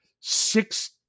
six